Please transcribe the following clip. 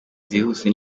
zihuse